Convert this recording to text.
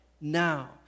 now